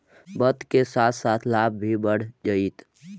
वक्त के साथ साथ लाभ भी बढ़ जतइ